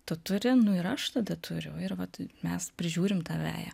tu turi nu ir aš tada turiu ir vat mes prižiūrim tą veją